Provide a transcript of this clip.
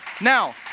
Now